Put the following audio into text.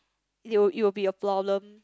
it will it will be a problem